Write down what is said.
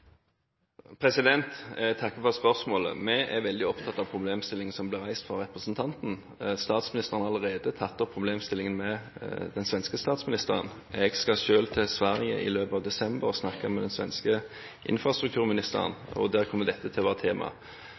Jeg takker for spørsmålet. Vi er veldig opptatt av problemstillingen som ble reist av representanten. Statsministeren har allerede tatt opp problemstillingen med den svenske statsministeren. Jeg skal selv til Sverige i løpet av desember og snakke med den svenske infrastrukturministeren, og da kommer dette til å være